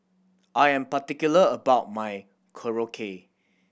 I am particular about my Korokke